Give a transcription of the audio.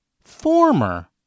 former